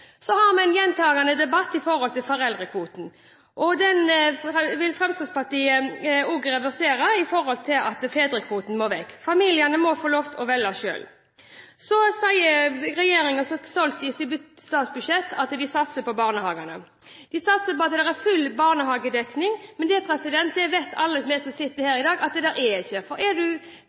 Så har vi en gjentagende debatt om foreldrekvoten. Den vil Fremskrittspartiet reversere – fedrekvoten må vekk. Familiene må få lov til å velge selv. Regjeringen sier i sitt statsbudsjett at de satser på barnehagene. De satser på at det er full barnehagedekning. Men alle vi som sitter her i dag, vet at det er det ikke. Full barnehagedekning er det ikke i dag på grunn av at du